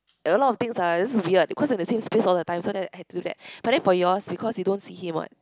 like a lot of things ah just weird because all the same space all the time so that I have to that but then for yours because you don't see him what